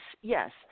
yes